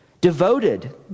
devoted